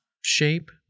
shape